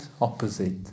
opposite